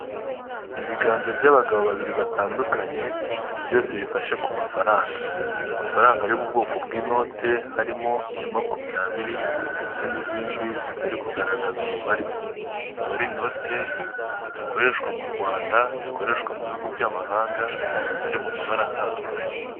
Ibiganza by'abagabo babiri batandukanye, byose bifashe ku mafaranga, amafaranga ari mu bwoko bw'inote harimo iya makumyabiri ndetse n'izindi zitari kugaragaza umubare, akaba ari inote zidakoreshwa mu Rwanda, zikoreshwa mu bihugu by'amahanga ziri mu mabara atandukanye.